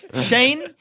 Shane